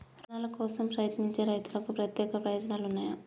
రుణాల కోసం ప్రయత్నించే రైతులకు ప్రత్యేక ప్రయోజనాలు ఉన్నయా?